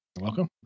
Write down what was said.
welcome